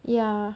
ya